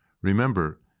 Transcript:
Remember